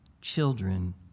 children